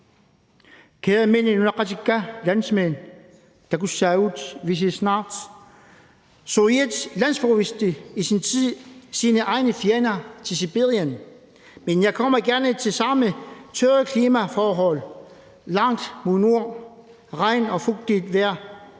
Kære mine nunaqqatika, landsmænd, takussaagut, vi ses snart. Sovjet landsforviste i sin tid sine egne fjender til Sibirien, men jeg kommer gerne til samme tørre klimaforhold langt mod nord. Regn og fugtigt vejr